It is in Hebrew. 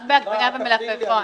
רק בעגבנייה ומלפפון.